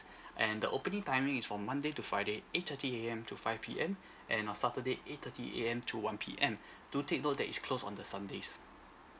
and the opening timing is from monday to friday eight thirty A_M to five P_M and on saturday eight thirty A_M to one P_M do take note that is closed on the sunday